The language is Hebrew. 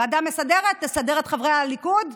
ועדה מסדרת תסדר את חברי הליכוד,